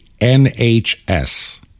NHS